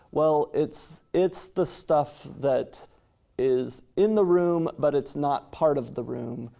well, it's it's the stuff that is in the room but it's not part of the room,